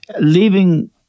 Leaving